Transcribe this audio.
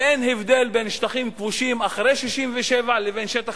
ואין הבדל בין שטחים כבושים אחרי 1967 לבין שטח